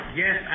yes